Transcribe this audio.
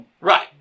Right